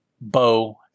bow